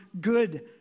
good